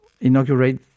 inaugurate